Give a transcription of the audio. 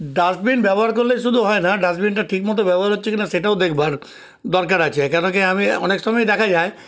dustbin ব্যবহার করলেই শুধু হয় না ডাস্টবিনটা ঠিক মতো ব্যবহার হচ্ছে কি না সেটাও দেখবার দরকার আছে কেন কি আমি অনেক সময়ই দেখা যায়